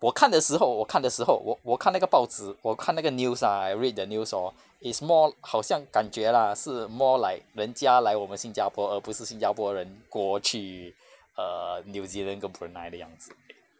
我看的时候我看的时候我我看那个报纸我看那个 news lah I read the news hor it's more 好像感觉 lah 是 more like 人家来我们新加坡而不是新加坡人过去 err new zealand 跟 brunei 的样子